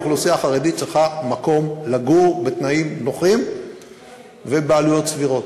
האוכלוסייה החרדית צריכה מקום לגור בתנאים נוחים ובעלויות סבירות.